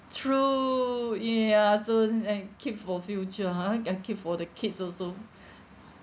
true ya soon and keep for future ha I keep for the kids also